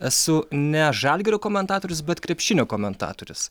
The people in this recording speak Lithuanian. esu ne žalgirio komentatorius bet krepšinio komentatorius